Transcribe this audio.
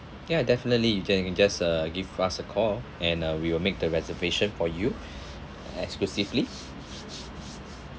ya definitely you can you can just uh give us a call and uh we will make the reservation for you exclusively